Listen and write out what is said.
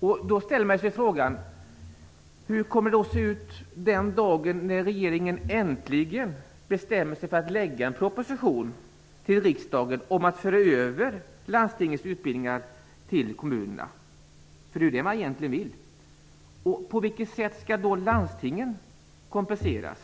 Man ställer sig frågan: Hur kommer det att se ut den dagen då regeringen äntligen bestämmer sig för att lägga fram en proposition för riksdagen om att landstingens utbildningar skall föras över till kommunerna? Det är ju egentligen det man vill. På vilket sätt skall landstingen då kompenseras?